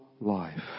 life